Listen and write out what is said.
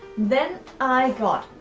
then i got,